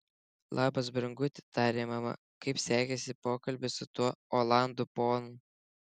labas branguti tarė mama kaip sekėsi pokalbis su tuo olandų ponu